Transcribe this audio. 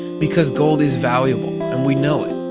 because gold is valuable, and we know it.